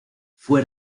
fue